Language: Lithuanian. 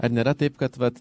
ar nėra taip kad vat